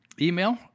email